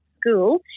school